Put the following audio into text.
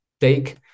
take